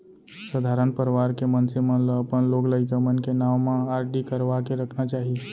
सधारन परवार के मनसे मन ल अपन लोग लइका मन के नांव म आरडी करवा के रखना चाही